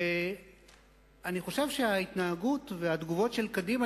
אני חושב שההתנהגות והתגובות של קדימה